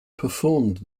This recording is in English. performed